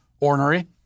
ornery